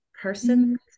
person